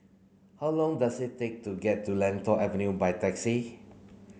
how long does it take to get to Lentor Avenue by taxi